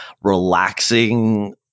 relaxing